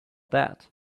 that